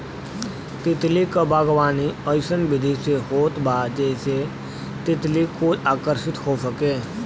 तितली क बागवानी अइसन विधि से होत बा जेसे तितली कुल आकर्षित हो सके